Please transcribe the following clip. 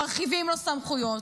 מרחיבים לו סמכויות.